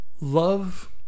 Love